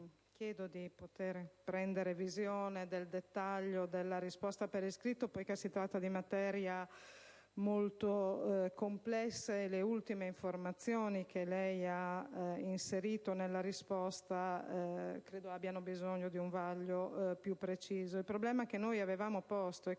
chiedo di poter prendere visione in dettaglio della risposta per iscritto, poiché si tratta di materia molto complessa, e le ultime informazioni che lei ha inserito nella risposta ritengo che abbiano bisogno di un vaglio più preciso. Il problema da noi posto,